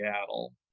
Seattle